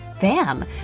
bam